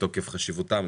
מתוקף חשיבותם,